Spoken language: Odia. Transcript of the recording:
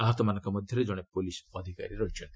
ଆହତମାନଙ୍କ ମଧ୍ୟରେ ଜଣେ ପୁଲିସ୍ ଅଧିକାରୀ ଅଛନ୍ତି